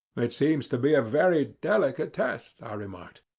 it seems to be a very delicate test, i remarked.